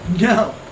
No